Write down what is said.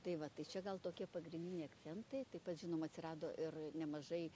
tai va tai čia gal tokie pagrindiniai akcentai taip pat žinoma atsirado ir nemažai